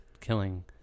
killing